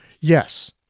yes